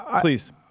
please